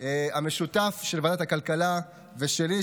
המשותף לוועדת הכלכלה ולי,